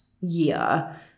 year